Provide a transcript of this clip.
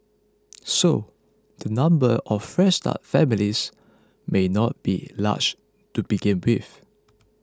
so the number of Fresh Start families may not be large to begin with